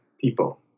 people